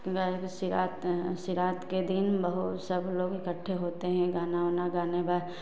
शिवरात्रि शिवरात्रि के दिन बहुत सब लोग इकट्ठे होते हैं गाना उना गाना बा